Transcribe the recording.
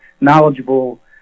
knowledgeable